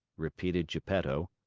repeated geppetto,